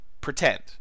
pretend